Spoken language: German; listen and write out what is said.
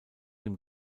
dem